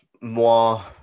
moi